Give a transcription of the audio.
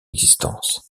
existence